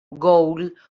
gould